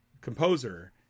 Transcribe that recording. composer